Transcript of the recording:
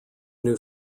new